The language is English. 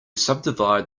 subdivide